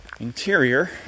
Interior